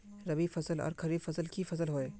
रवि फसल आर खरीफ फसल की फसल होय?